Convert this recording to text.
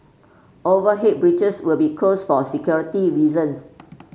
overhead bridges will be closed for security reasons